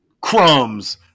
crumbs